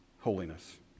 holiness